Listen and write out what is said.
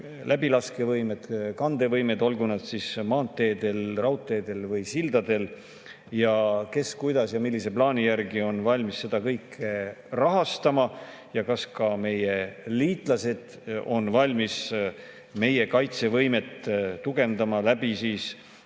läbilaskevõime, kandevõime, olgu siis maanteedel, raudteedel või sildadel, ja kes, kuidas ja millise plaani järgi on valmis seda kõike rahastama. Ja kas ka meie liitlased on valmis meie kaitsevõimet tugevdama vastavate